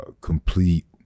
complete